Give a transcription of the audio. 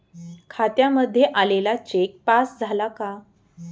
खात्यामध्ये आलेला cheque pass झाला का?